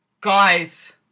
guys